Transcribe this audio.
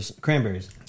Cranberries